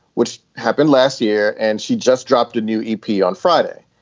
which happened last year. and she just dropped a new e p. on friday.